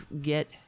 get